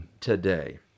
today